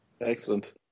Excellent